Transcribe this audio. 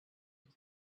with